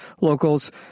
Locals